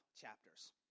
chapters